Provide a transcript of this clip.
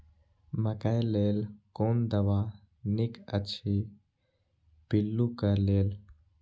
मकैय लेल कोन दवा निक अछि पिल्लू क लेल?